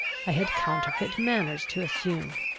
i had counterfeit manners to assume.